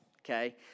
okay